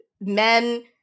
men